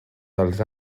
dels